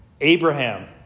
Abraham